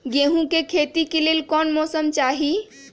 गेंहू के खेती के लेल कोन मौसम चाही अई?